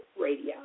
Radio